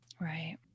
Right